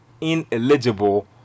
ineligible